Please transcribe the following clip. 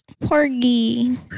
Porgy